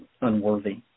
unworthy